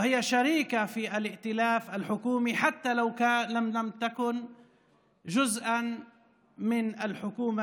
כדי לדבר ולהסביר מדוע הרשימה